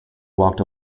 walked